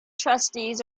trustees